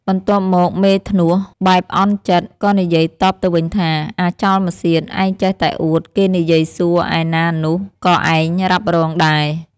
បន្ទាប់មកមេធ្នស់ បែបអន់ចិត្ត ក៏និយាយតបទៅវិញថា អាចោលម្សៀត ឯងចេះតែអួត គេនិយាយសួរ ឯណានោះក៏ឯងរ៉ាប់រងដែរ។